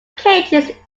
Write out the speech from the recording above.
cages